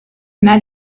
met